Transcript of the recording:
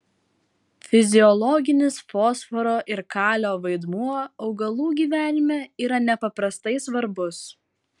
fiziologinis fosforo ir kalio vaidmuo augalų gyvenime yra nepaprastai svarbus